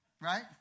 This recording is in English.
right